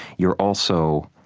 you're also,